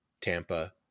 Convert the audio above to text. Tampa